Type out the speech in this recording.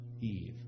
Eve